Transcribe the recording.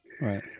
Right